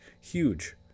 huge